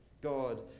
God